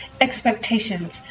expectations